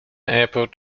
airport